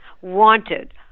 Wanted